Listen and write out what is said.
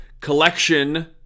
collection